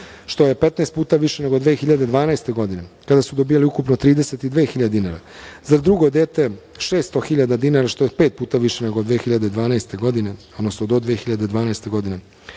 što je petnaest puta više nego 2012. godine kada su dobijali ukupno 32.000 dinara. Za drugo dete 600.000 dinara, što je pet puta više nego 2012. godine, odnosno do 2012. godine,